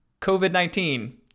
COVID-19